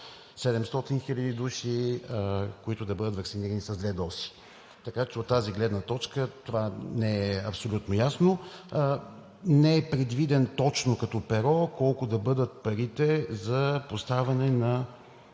700 хиляди души, които да бъдат ваксинирани с две дози? Така че от тази гледна точка това не е абсолютно ясно. Не е предвидено като перо колко точно да бъдат парите за поставяне на